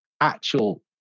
actual